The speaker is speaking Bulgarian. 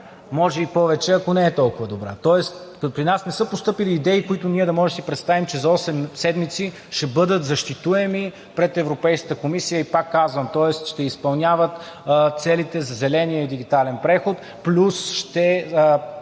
може и повече, ако не е толкова добра. При нас не са постъпили идеи, които ние да можем да си представим, че за осем седмици ще бъдат защитими пред Европейската комисия. Пак казвам, тоест ще изпълняват целите за зеления и дигитален преход, плюс ще